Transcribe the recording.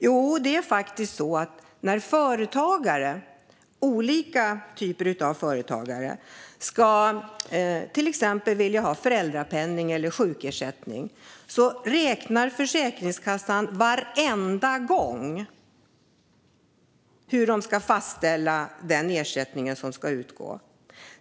Jo, när olika typer av företagare till exempel vill ta ut föräldrapenning eller sjukersättning gör Försäkringskassan vid varje enskilt tillfälle en uträkning för att fastställa den ersättning som ska utgå.